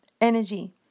energy